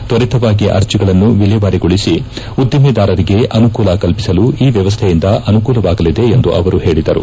ತ್ವರಿತವಾಗಿ ಅರ್ಜಿಗಳನ್ನು ವಿಲೇವಾರಿಗೊಳಿಸಿ ಉದ್ದಿಮೆದಾರರಿಗೆ ಅನುಕೂಲ ಕಲ್ಪಿಸಲು ಈ ವ್ಯವಸ್ವೆಯಿಂದ ಅನುಕೂಲವಾಗಲಿದೆ ಎಂದು ಅವರು ಹೇಳದರು